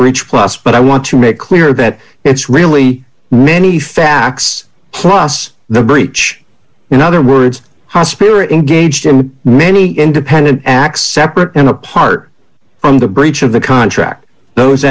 breach plus but i want to make clear that it's really many facts plus the breach in other words how spirit engaged in many independent acts separate and apart from the breach of the contract those